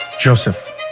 Joseph